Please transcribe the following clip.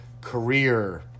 career